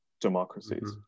democracies